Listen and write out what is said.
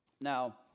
Now